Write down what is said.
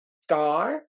star